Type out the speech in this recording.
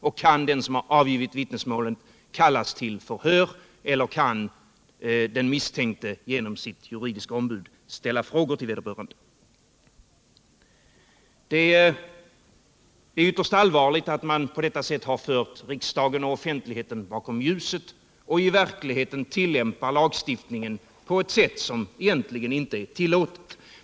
Då kan inte den som har avgivit vittnesmålet kallas till förhör, och den misstänkte har inte möjlighet att genom sitt juridiska ombud ställa frågor till vederbörande. Det är ytterst allvarligt att man på detta sätt har fört riksdagen och offentligheten bakom ljuset och i verkligheten tillämpar lagen på ett sätt som egentligen inte är tillåtet.